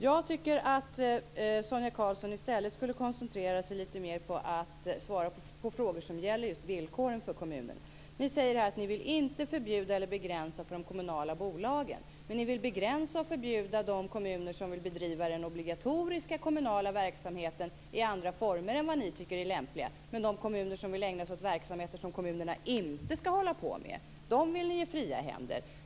Jag tycker att Sonia Karlsson i stället skulle koncentrera sig lite mer på att svara på frågor som gäller just villkoren för kommunerna. Ni säger att ni inte vill förbjuda eller begränsa för de kommunala bolagen. Men ni vill begränsa och förbjuda de kommuner som vill bedriva den obligatoriska kommunala verksamheten i andra former än vad ni tycker är lämpliga. De kommuner som vill ägna sig åt verksamheter som kommunerna inte ska hålla på med vill ni ge fria händer.